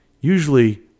Usually